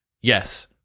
yes